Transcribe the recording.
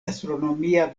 astronomia